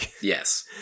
Yes